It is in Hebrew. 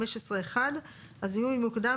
15(1). הזיהוי המוקדם,